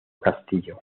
castillo